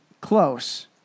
Close